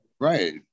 Right